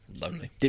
lonely